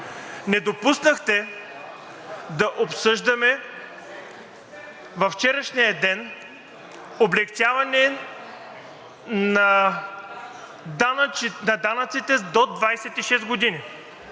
Не допуснахте да обсъждаме във вчерашния ден облекчаване на данъците до 26 години.